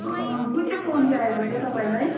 कुन चाहिँ फोन चाहिएको छ तपाईँलाई